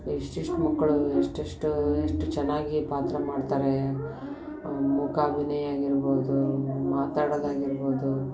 ಎಷ್ಟೆಷ್ಟು ಮಕ್ಕಳು ಎಷ್ಟೆಷ್ಟು ಎಷ್ಟು ಚೆನ್ನಾಗಿ ಪಾತ್ರ ಮಾಡ್ತಾರೆ ಮೂಕಾಭಿನಯ ಆಗಿರ್ಬೋದು ಮಾತಾಡೋದಾಗಿರ್ಬೋದು